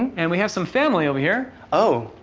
and we have some family over here. oh.